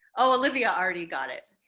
oh, olivia, already got it.